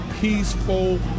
peaceful